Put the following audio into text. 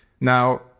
Now